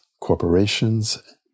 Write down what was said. corporations